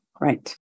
Right